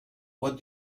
what